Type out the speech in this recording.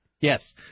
Yes